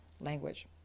language